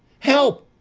help,